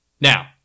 Now